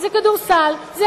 כדורסל הוא רק דוגמה.